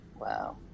wow